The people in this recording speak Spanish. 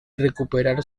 recuperar